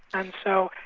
and so,